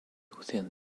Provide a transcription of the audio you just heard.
within